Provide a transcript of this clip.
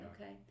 okay